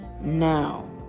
now